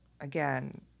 again